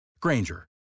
Granger